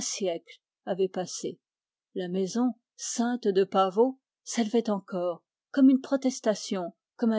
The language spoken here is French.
siècle avait passé la maison ceinte de pavots élevait encore son